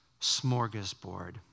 smorgasbord